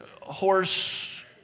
horse